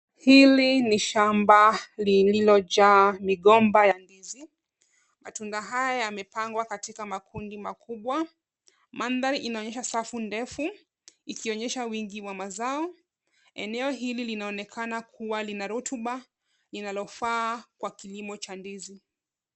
Hili ni shamba lililojaa migomba ya ndizi. Matunda haya yamepangwa katika makundi makubwa. Mandhari inaonyesha safu ndefu ikionyesha wingi wa mazao. Eneo hili linaonekana kuwa lina rutuba inalofaa kwa kilimo cha ndizi.